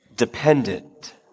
dependent